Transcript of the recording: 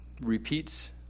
repeats